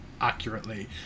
accurately